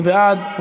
מי בעד?